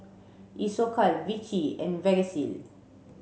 Isocal Vichy and Vagisil